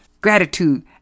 Gratitude